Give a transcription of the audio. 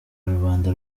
rubanda